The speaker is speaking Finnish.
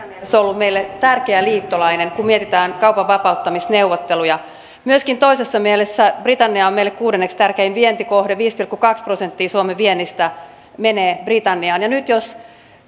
siinä mielessä ollut meille tärkeä liittolainen kun mietitään kaupan vapauttamisneuvotteluja myöskin toisessa mielessä britannia on meille kuudenneksi tärkein vientikohde viisi pilkku kaksi prosenttia suomen viennistä menee britanniaan nyt jos